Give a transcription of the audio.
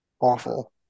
awful